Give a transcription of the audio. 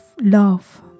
love